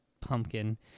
pumpkin